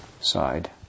side